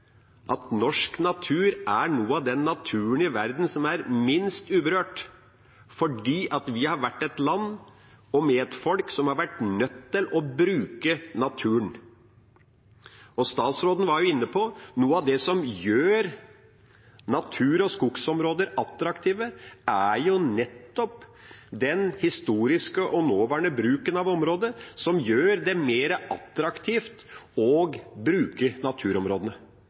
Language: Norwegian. feilaktig. Norsk natur er av den naturen i verden som er minst uberørt fordi vi har vært et land med et folk som har vært nødt til å bruke naturen. Og statsråden var jo inne på det: Noe av det som gjør natur- og skogsområder attraktive, er nettopp den historiske og nåværende bruken av området. Det gjør det mer attraktivt å bruke naturområdene.